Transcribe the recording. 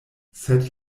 sed